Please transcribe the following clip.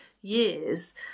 years